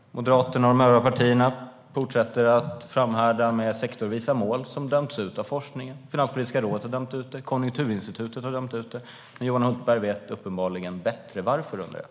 Moderaterna och de övriga partierna framhärdar med sektorsvisa mål som har dömts ut av forskningen. Finanspolitiska rådet har dömt ut det. Konjunkturinstitutet har dömt ut det. Men Johan Hultberg vet uppenbarligen bättre. Jag undrar: Varför?